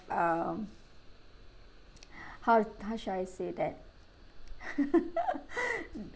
um how how should I say that